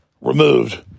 removed